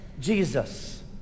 Jesus